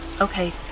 Okay